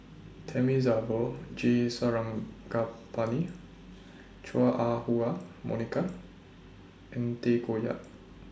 Thamizhavel G Sarangapani Chua Ah Huwa Monica and Tay Koh Yat